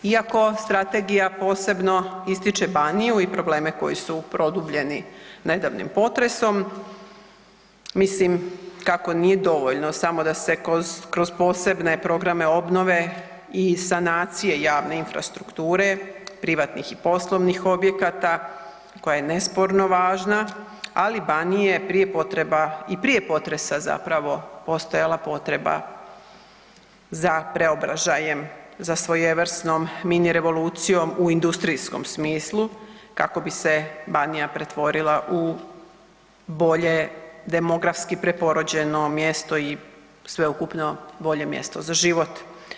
Iako strategija posebno ističe Baniju i probleme koji su produbljeni nedavnim potresom mislim kako nije dovoljno samo da se kroz posebne programe obnove i sanacije javne infrastrukture privatnih i poslovnih objekata koja je nesporno važna, ali Baniji je prije potreba i prije potresa zapravo postojala potreba za preobražajem, za svojevrsnom mini revolucijom u industrijskom smislu kako bi se Banija pretvorila u bolje demografski preporođeno mjesto i sveukupno bolje mjesto za život.